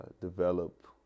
develop